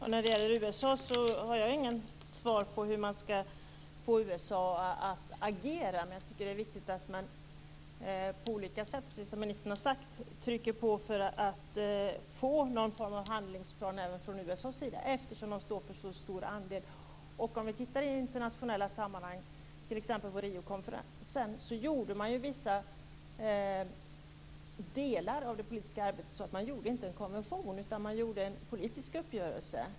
Herr talman! Jag har inget svar på hur man ska få USA att agera, men jag tycker att det är viktigt att man på olika sätt trycker på - precis som ministern har sagt - för att få någon form av handlingsplan även från USA:s sida eftersom landet står för så stor andel. Om vi tittar på de internationella sammanhangen, t.ex. Riokonferensen, ser vi att man i vissa delar av det politiska arbetet inte gjorde en konvention utan i stället en politisk uppgörelse.